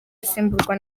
asimburwa